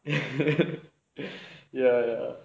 ya ya